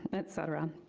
et cetera.